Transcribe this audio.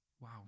Wow